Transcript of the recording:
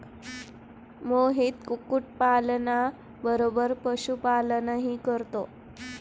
मोहित कुक्कुटपालना बरोबर पशुपालनही करतो